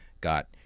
got